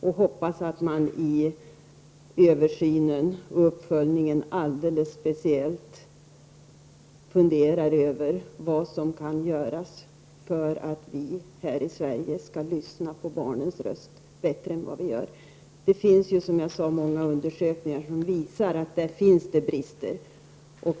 Jag hoppas att man i översynen och uppföljningen alldeles speciellt funderar över vad som kan göras för att vi här i Sverige skall lyssna på barnens röst bättre än vad vi gör. Det finns som jag sade många undersökningar som visar brister.